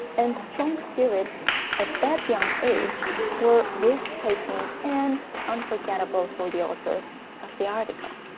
and strong spirit at that young age were breathtaking and unforgettable for the author of the article